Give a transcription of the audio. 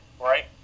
right